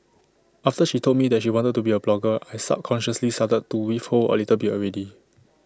after she told me that she wanted to be A blogger I subconsciously started to withhold A little bit already